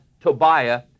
Tobiah